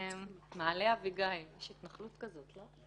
כלל מיישמים לגביו.